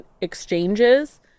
exchanges